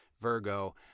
Virgo